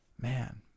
man